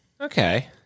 Okay